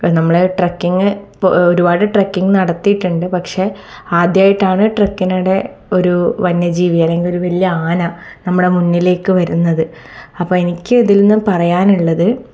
അപ്പം നമ്മളെ ട്രക്കിങ്ങ് ഒരുപാട് ട്രക്കിങ് നടത്തിയിട്ടുണ്ട് പക്ഷേ ആദ്യമായിട്ടാണ് ട്രക്കിനിടെ ഒരു വന്യജീവി അല്ലെങ്കിൽ ഒരു വലിയ ആന നമ്മുടെ മുന്നിലേക്ക് വരുന്നത് അപ്പം എനിക്ക് ഇതിൽ നിന്ന് പറയാനുള്ളത്